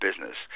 business